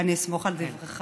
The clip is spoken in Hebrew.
אני אסמוך על דבריך